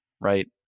right